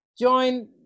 Join